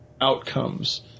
outcomes